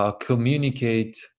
Communicate